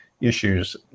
issues